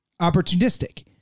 opportunistic